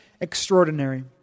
extraordinary